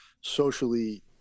socially